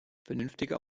vernünftige